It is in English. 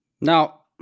Now